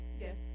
Yes